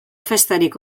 festarik